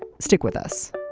stick with us